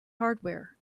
hardware